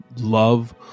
love